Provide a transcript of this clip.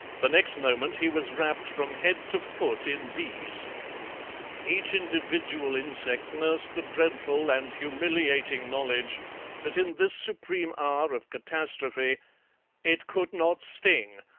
the next moment he was wrapped from head to foot in bees each individual insect nursed the dreadful and humiliating knowledge that in this supreme hour of catastrophe it could not sting,